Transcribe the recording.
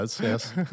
yes